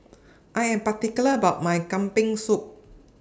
I Am particular about My Kambing Soup